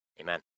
Amen